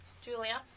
Julia